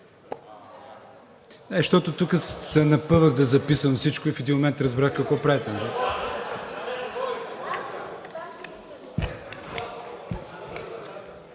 защото тук се напъвах да записвам всичко и в един момент разбрах какво правите.